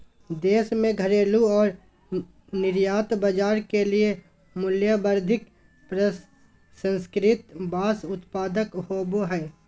देश में घरेलू और निर्यात बाजार के लिए मूल्यवर्धित प्रसंस्कृत बांस उत्पाद होबो हइ